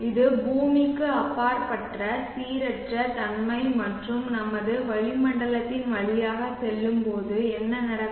இது பூமிக்கு அப்பாற்பட்ட சீரற்ற தன்மை மற்றும் நமது வளிமண்டலத்தின் வழியாக செல்லும்போது என்ன நடக்கும்